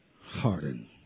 Hardened